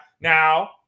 Now